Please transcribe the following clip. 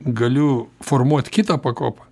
galiu formuot kitą pakopą